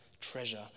treasure